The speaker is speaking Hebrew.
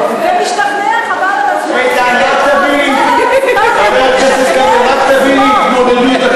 ומשתכנע, חבל על הזמן, לשכנע את עצמו.